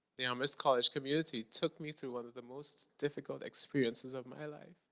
the amherst college community took me through one of the most difficult experiences of my life.